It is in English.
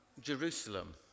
Jerusalem